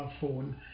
phone